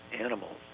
animals